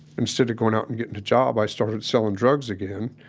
instead of going out and getting a job, i started selling drugs again,